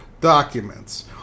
documents